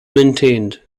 maintained